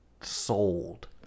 sold